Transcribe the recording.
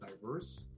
diverse